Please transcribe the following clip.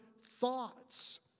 thoughts